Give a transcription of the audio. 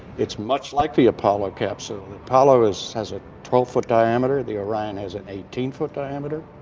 it's much like the apollo capsule. the apollo has has a twelve foot diameter, the orion has an eighteen foot diameter.